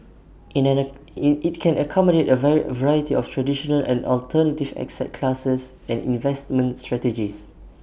IT can accommodate A variety of traditional and alternative classes and investment strategies